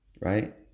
right